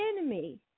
enemy